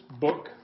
book